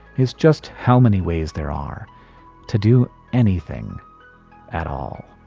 is just how many ways there are to do anything at all.